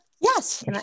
Yes